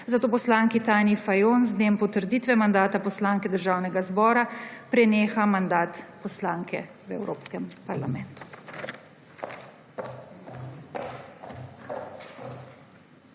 zato poslanki Tanji Fajon z dnem potrditve mandata poslanke Državnega zbora preneha mandat poslanke v Evropskem parlamentu.